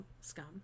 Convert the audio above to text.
scum